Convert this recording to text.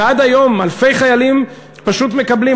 ועד היום אלפי חיילים פשוט מקבלים.